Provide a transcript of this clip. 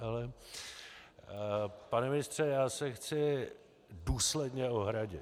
Ale pane ministře, já se chci důsledně ohradit.